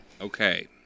Okay